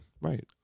Right